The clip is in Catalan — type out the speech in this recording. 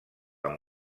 amb